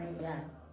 Yes